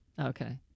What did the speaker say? Okay